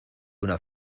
una